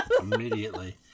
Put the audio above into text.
immediately